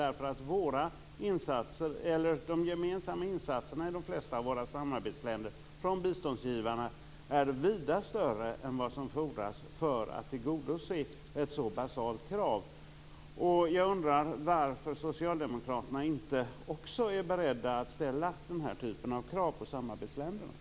De gemensamma insatserna från biståndsgivarna i de flesta av samarbetsländerna är vida större än vad som fordras för att tillgodose ett så basalt krav. Jag undrar varför inte också Socialdemokraterna är beredda att ställa den här typen av krav på samarbetsländerna.